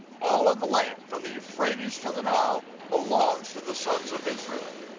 all of the land from the euphrates to the nile belongs to the sons of israel.